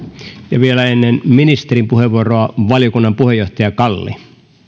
ja vielä ennen ministerin puheenvuoroa valiokunnan puheenjohtaja kalli